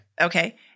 Okay